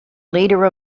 leader